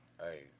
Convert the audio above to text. Hey